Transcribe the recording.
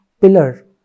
pillar